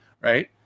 right